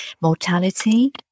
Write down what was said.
mortality